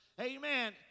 amen